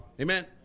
Amen